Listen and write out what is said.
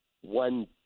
one